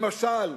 למשל,